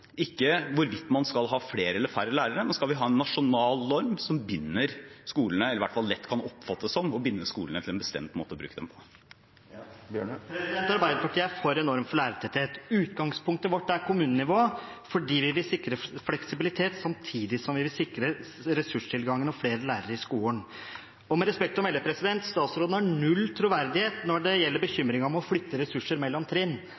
ikke hvorvidt man skal ha flere eller færre lærere, men om vi skal ha en nasjonal norm som binder skolene eller i hvert fall lett kan oppfattes som å binde skolene til en bestemt måte å bruke dem på. Arbeiderpartiet er for en norm for lærertetthet. Utgangspunktet vårt er kommunenivået, fordi vi vil sikre fleksibilitet samtidig som vi vil sikre ressurstilgangen og flere lærere i skolen. Med respekt å melde: Statsråden har null troverdighet når det gjelder bekymringen for å flytte ressurser mellom trinn.